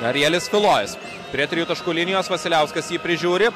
arijelis kulojus prie trijų taškų linijos vasiliauskas jį prižiūri